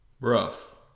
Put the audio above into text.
Rough